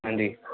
ਹਾਂਜੀ